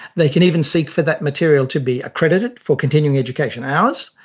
they can even seek for that material to be accredited for continuing education hours,